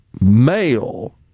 Male